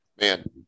Man